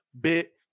bit